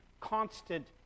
constant